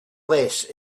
less